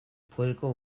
political